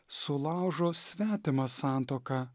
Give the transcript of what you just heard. sulaužo svetimą santuoką